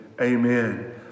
Amen